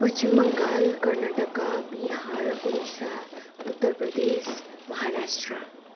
Paschim Bangal Karnataka Bihar Odisha Uttar Pradesh Maharashtra